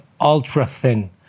ultra-thin